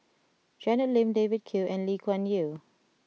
Janet Lim David Kwo and Lee Kuan Yew